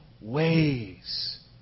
ways